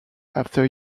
after